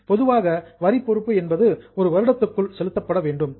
normally பொதுவாக வரி பொறுப்பு என்பது ஒரு வருடத்திற்குள் செலுத்தப்பட வேண்டும்